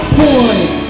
point